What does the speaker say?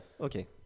okay